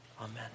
Amen